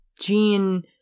gene